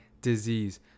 disease